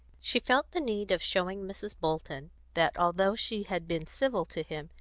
she felt the need of showing mrs. bolton that, although she had been civil to him,